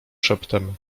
szeptem